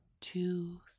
Two